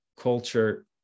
culture